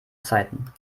zeiten